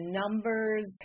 numbers